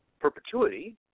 perpetuity